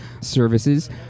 services